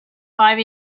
five